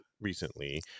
recently